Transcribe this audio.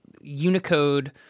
Unicode